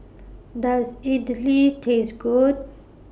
Does Idili Taste Good